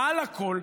מעל הכול,